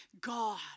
God